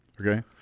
Okay